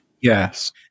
Yes